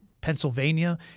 Pennsylvania